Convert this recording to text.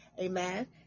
amen